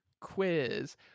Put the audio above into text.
Quiz